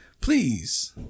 Please